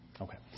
Okay